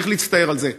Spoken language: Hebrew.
צריך להצטער על זה,